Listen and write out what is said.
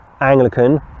Anglican